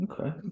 Okay